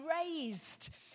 raised